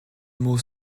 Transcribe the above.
mots